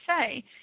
say